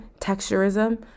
texturism